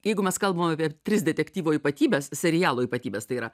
jeigu mes kalbam apie tris detektyvo ypatybes serialo ypatybes tai yra